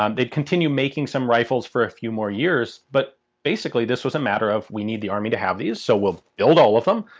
um they continue making some rifles for a few more years, but basically this was a matter of we need the army to have these so we'll build all of them,